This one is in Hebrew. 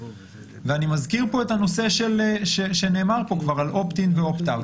אני מזכיר פה את הנושא שנאמר פה על "אופט-אין" ו"אופט-אאוט"